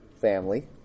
family